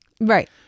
Right